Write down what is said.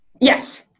Yes